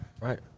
Right